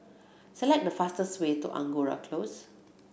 select the fastest way to Angora Close